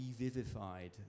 revivified